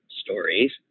stories